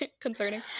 Concerning